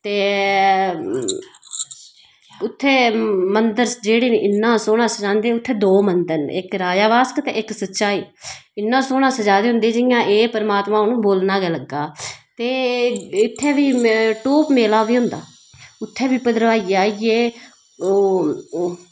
ते उत्थें मन्दर जेह्ड़े न इन्ना सोह्ना सजांदे उत्थै दो मन्दर न इक राजा बास्क ते इक सचाही इन्ना सोह्ना सजाए दा होंदे जियां एह् परमात्मा हून बोलना गै लग्गा ते इत्थें बी टोह्क मेला बी होंदा उत्थें बी भदरबाइये आइयै ओह् ओह्